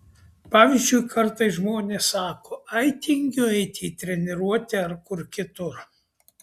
pavyzdžiui kartais žmonės sako ai tingiu eiti į treniruotę ar kur kitur